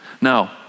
Now